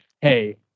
Hey